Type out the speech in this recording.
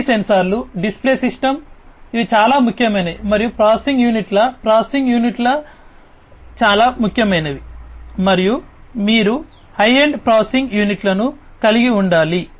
ఈ సెన్సార్లు display system ఇవి చాలా ముఖ్యమైనవి మరియు ప్రాసెసింగ్ యూనిట్ల ప్రాసెసింగ్ యూనిట్లు చాలా ముఖ్యమైనవి మరియు మీరు హై ఎండ్ ప్రాసెసింగ్ యూనిట్లను కలిగి ఉండాలి